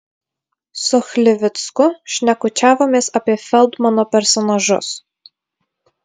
su chlivicku šnekučiavomės apie feldmano personažus